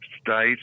state